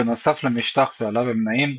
בנוסף למשטח עליו הם נעים,